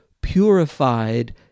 purified